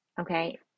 okay